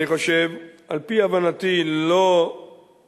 אני חושב, ועל-פי הבנתי, הוא לא מדייק